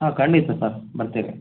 ಹಾಂ ಖಂಡಿತ ಸರ್ ಬರ್ತೀವಿ